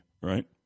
right